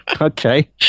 Okay